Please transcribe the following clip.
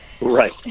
Right